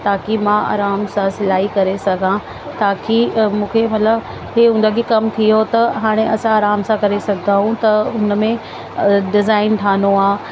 ताकी मां आराम सां सिलाई करे सघां ताकी त मूंखे मतिलबु इहो हुंदो आहे की कमु थी वियो त हाणे असां आराम सां करे सघंदा आहियूं त हुन में डिज़ाईन ठाहिणो आहे